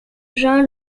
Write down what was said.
jean